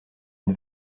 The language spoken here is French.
une